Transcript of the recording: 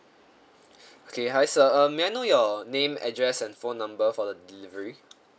okay hi sir um may I know your name address and phone number for the delivery